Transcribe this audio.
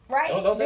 right